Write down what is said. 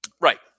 Right